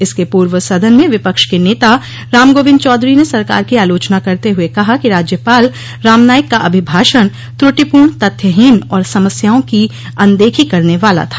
इसके पूर्व सदन में विपक्ष के नेता राम गोविन्द चौधरी ने सरकार की आलोचना करते हुए कहा कि राज्यपाल राम नाईक का अभिभाषण त्रुटिपूर्ण तथ्यहीन और समस्याओं की अनदेखी करने वाला था